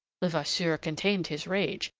levasseur contained his rage,